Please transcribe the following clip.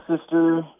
sister